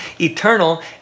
eternal